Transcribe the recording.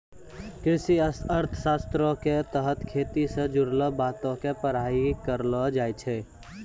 कृषि अर्थशास्त्रो के तहत खेती से जुड़लो बातो के पढ़ाई करलो जाय छै